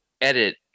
edit